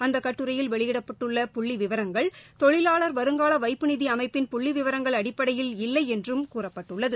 அந்த கட்டுரையில் வெளியிடப்பட்டள்ள புள்ளி விவரங்கள் தொழிலாளா் வருங்கால வைப்புநிதி அமைப்பின் புள்ளி விவரங்கள் அடிப்படையில் இல்லை என்றும் கூறப்பட்டுள்ளது